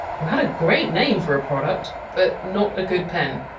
who had a great name for a product, but not a good pen.